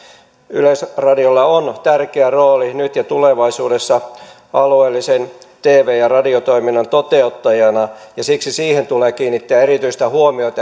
yleisradiolla on tärkeä rooli nyt ja tulevaisuudessa alueellisen tv ja radiotoiminnan toteuttajana ja siksi siihen tulee kiinnittää erityistä huomiota